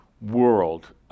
world